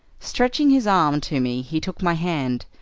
stretching his arm to me he took my hand,